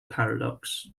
paradox